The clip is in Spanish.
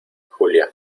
julia